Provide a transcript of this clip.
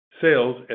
Sales